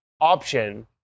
option